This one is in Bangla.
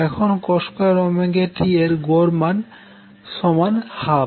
এখন cos2t এর গড় সমান ½ হবে